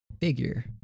figure